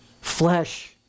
Flesh